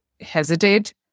hesitate